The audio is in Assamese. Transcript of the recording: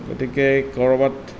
গতিকে কৰবাত